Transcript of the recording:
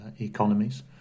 economies